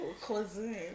cuisine